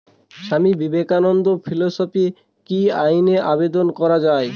স্বামী বিবেকানন্দ ফেলোশিপে কি অনলাইনে আবেদন করা য়ায়?